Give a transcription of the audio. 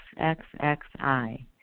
XXXI